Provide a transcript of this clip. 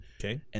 Okay